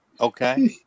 Okay